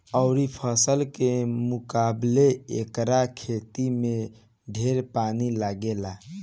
अउरी फसल के मुकाबले एकर खेती में ढेर पानी लागेला